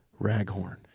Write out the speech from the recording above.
Raghorn